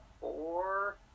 four